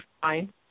fine